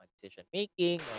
decision-making